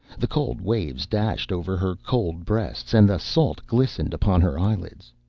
the cold waves dashed over her cold breasts, and the salt glistened upon her eyelids.